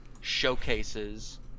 showcases